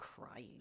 crying